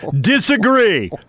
disagree